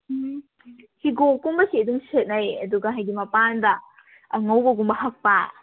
ꯎꯝ ꯍꯤꯒꯣꯛ ꯀꯨꯝꯕꯁꯦ ꯑꯗꯨꯝ ꯁꯦꯠꯅꯩ ꯑꯗꯨꯒ ꯍꯥꯏꯗꯤ ꯃꯄꯥꯟꯗ ꯑꯉꯧꯕꯒꯨꯝꯕ ꯍꯛꯄ